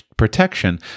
protection